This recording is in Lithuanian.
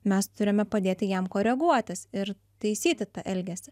mes turime padėti jam koreguotis ir taisyti tą elgesį